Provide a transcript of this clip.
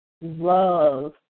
love